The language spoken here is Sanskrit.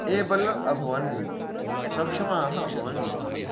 एबल् अभवन् सक्षमाः अभवन् इति